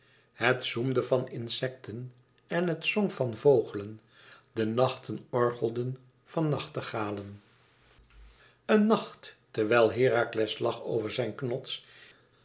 het zoemde van insekten en het zong van vogelen de nachten orgelden van nachtegalen een nacht terwijl herakles lag over zijn knots